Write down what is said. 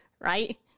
right